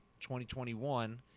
2021